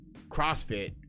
CrossFit